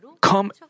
come